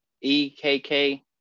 E-K-K